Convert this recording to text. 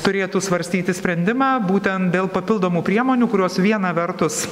turėtų svarstyti sprendimą būtent dėl papildomų priemonių kurios viena vertus